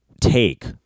take